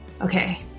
okay